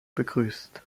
begrüßt